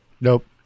Nope